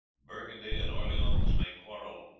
burgundy and orleans may quarrel,